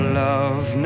love